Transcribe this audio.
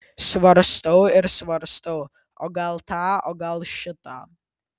svarstau ir svarstau o gal tą o gal šitą